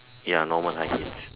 ya normal height yes